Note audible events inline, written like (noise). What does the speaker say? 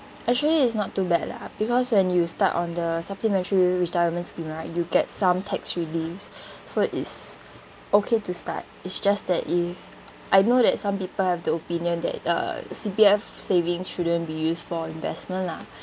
actually it's not too bad lah because when you start on the supplementary retirement scheme right you get some tax reliefs (breath) so it's okay to start its just that if I know that some people have the opinion that uh C_P_F savings shouldn't be used for investment lah